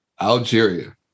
Algeria